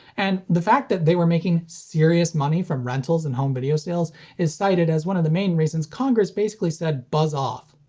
and the fact that they were making serious money from rentals and home video sales is cited as one of the main reasons congress basically said buzz off.